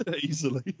Easily